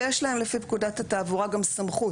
ויש להם לפי פקודת התעבורה גם סמכות